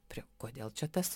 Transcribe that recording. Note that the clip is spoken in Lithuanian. prie kodėl čia tas